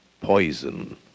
Poison